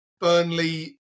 Burnley